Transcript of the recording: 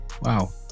Wow